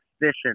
efficient